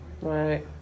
Right